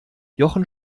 jochen